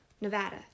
Nevada